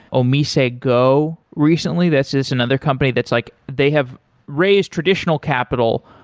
omisego recently that's just another company that's like, they have raised traditional capital,